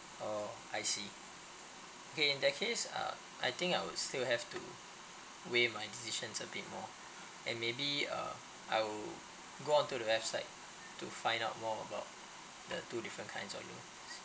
oh I see okay in that case uh I think I would still have to weight my decision a bit more and maybe uh I'll go on to the website to find out more about the two different kind of loans